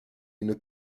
une